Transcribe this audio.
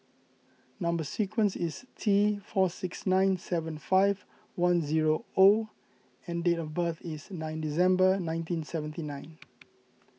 Number Sequence is T four six nine seven five one zero O and date of birth is nine December nineteen seventy nine